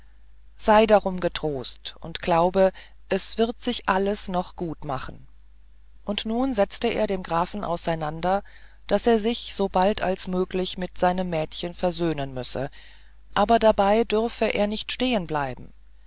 sei darum getrost und glaube es wird sich alles noch gut machen und nun setzte er dem grafen auseinander daß er sich so bald als möglich mit seinem mädchen versöhnen müsse aber dabei dürfte er nicht